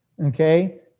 okay